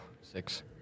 six